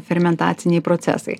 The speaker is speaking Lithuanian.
fermentaciniai procesai